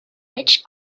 rich